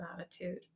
attitude